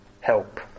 help